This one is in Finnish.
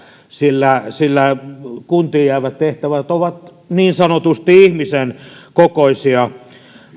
sillä sillä kuntiin jäävät tehtävät ovat niin sanotusti ihmisen kokoisia